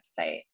website